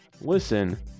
listen